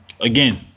again